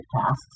tasks